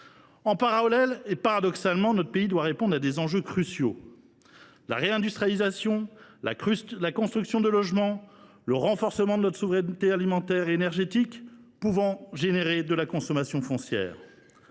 En parallèle, et paradoxalement, notre pays doit répondre à des enjeux cruciaux – réindustrialisation, construction de logements, renforcement de notre souveraineté alimentaire et énergétique – qui peuvent donner lieu à de la consommation foncière.